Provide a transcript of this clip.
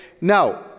Now